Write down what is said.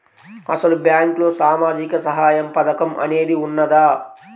అసలు బ్యాంక్లో సామాజిక సహాయం పథకం అనేది వున్నదా?